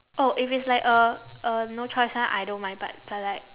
oh if it's like a a no choice [one] I don't mind but but like